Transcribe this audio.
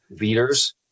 leaders